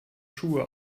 schuhe